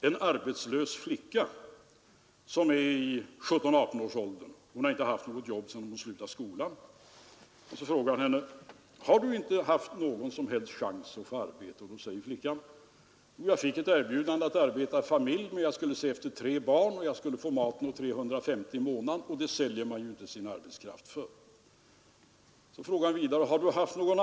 Men arbetslösheten är högre, det är också ett faktum. Det finns förklaringar till det som jag kanske ytterligare kan understryka, om jag inte tar alltför mycken tid i anspråk. Många av dessa förklaringar har redovisats under dagens debatt. Jag gjorde en annan liten fundering när jag lyssnade på herr Fälldin.